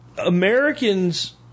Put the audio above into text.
Americans